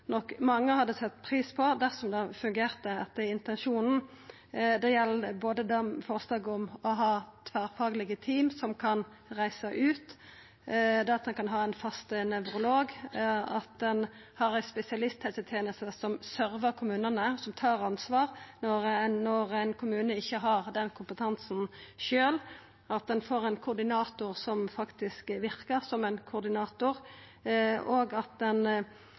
nok mange hadde sett pris på dersom det hadde fungert etter intensjonen. Det gjeld forslaget om å ha tverrfaglege team som kan reisa ut, det at ein kan ha ein fast nevrolog, at ein har ei spesialisthelseteneste som sørvar kommunane, og som tar ansvar når ein kommune ikkje har den kompetansen sjølv, at ein får ein koordinator som faktisk verkar som ein koordinator, og at ein